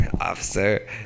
Officer